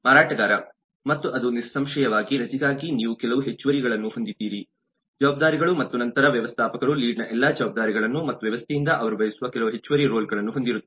ಮಾರಾಟಗಾರ ಮತ್ತು ಅದು ನಿಸ್ಸಂಶಯವಾಗಿ ರಜೆಗಾಗಿ ನೀವು ಕೆಲವು ಹೆಚ್ಚುವರಿಗಳನ್ನು ಹೊಂದಿದ್ದೀರಿ ಜವಾಬ್ದಾರಿಗಳು ಮತ್ತು ನಂತರ ವ್ಯವಸ್ಥಾಪಕರು ಲೀಡ್ ನ ಎಲ್ಲಾ ಜವಾಬ್ದಾರಿಗಳನ್ನು ಮತ್ತು ವ್ಯವಸ್ಥೆಯಿಂದ ಅವರು ಬಯಸುವ ಕೆಲವು ಹೆಚ್ಚುವರಿ ರೋಲ್ಗಳನ್ನು ಹೊಂದಿರುತ್ತಾರೆ